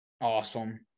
Awesome